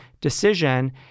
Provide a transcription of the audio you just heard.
decision